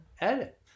edit